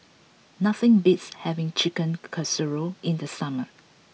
nothing beats having Chicken Casserole in the summer